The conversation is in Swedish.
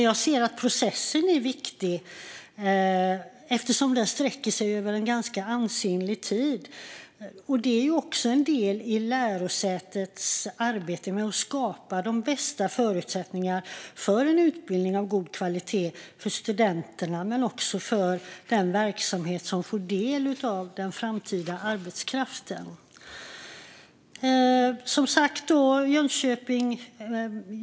Jag ser att processen är viktig eftersom den sträcker sig över en ganska ansenlig tid. Det är en del i lärosätets arbete med att skapa de bästa förutsättningarna för en utbildning av god kvalitet för studenterna men också för den verksamhet som får del av den framtida arbetskraften.